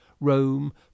rome